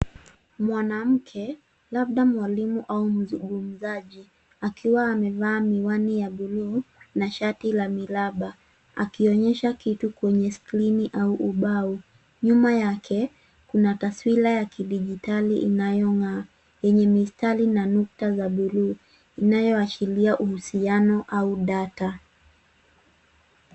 Mwanamke, labda mwalimu au mzungumzaji akiwa amevaa miwani ya buluu na shati la miraba akionyesha kitu kwenye skrini au ubao. Nyuma yake kuna taswira ya kidijitali inayong'aa yenye mistari na nukta za buluu inayoashiria uhusiano au data.